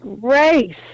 Grace